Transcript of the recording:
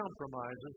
compromises